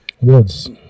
words